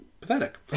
pathetic